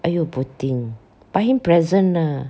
!aiyo! poor thing buy him present ah